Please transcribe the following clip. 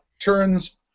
turns